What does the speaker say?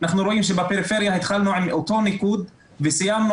אנחנו רואים שבפריפריה התחלנו עם אותו ניקוד וסיימנו